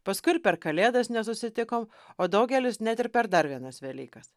paskui ir per kalėdas nesusitikom o daugelis net ir per dar vienas velykas